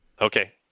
Okay